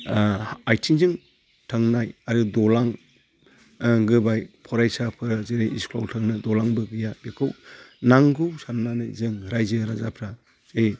आथिंजों थांनाय आरो दालां गोबाय फरायसाफोरा जेरै इस्कुलाव थांनो दालांबो गैया बेखौ नांगौ साननानै जों रायजो राजाफ्रा जे